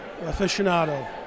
aficionado